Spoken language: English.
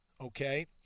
Okay